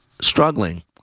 struggling